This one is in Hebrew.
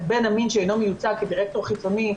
בן המין שאינו מיוצג כדירקטור חיצוני,